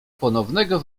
ponownego